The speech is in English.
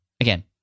again